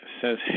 says